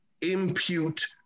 impute